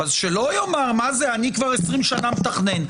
שלא יאמר: אני כבר 20 שנה מתכנן.